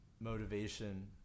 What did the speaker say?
motivation